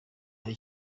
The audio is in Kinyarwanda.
hari